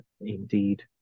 indeed